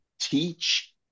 teach